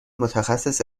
متخصص